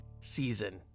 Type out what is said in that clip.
season